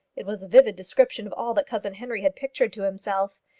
it was a vivid description of all that cousin henry had pictured to himself.